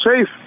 safe